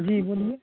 जी बोलिए